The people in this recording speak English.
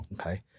okay